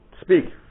speak